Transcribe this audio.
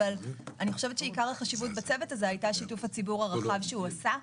אבל עיקר החשיבות בצוות הזה היה שיתוף הציבור הרחב שהוא עשה.